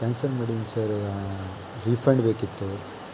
cancel ಮಾಡಿದೀನಿ sir refund ಬೇಕಿತ್ತು